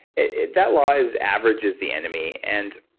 that law is average is the enemy. and